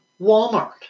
Walmart